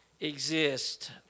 exist